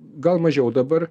gal mažiau dabar